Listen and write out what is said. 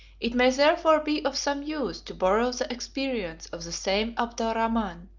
it may therefore be of some use to borrow the experience of the same abdalrahman,